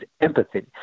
empathy